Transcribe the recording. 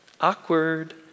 Awkward